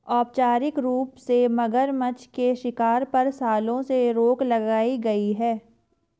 औपचारिक रूप से, मगरनछ के शिकार पर, सालों से रोक लगाई गई है